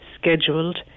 scheduled